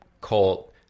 cult